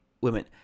women